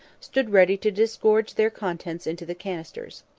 stood ready to disgorge their contents into the canisters.